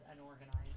unorganized